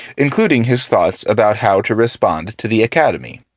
including his thoughts about how to respond to the academy.